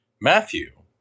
Matthew